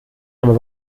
aber